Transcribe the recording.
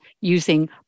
using